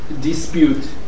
dispute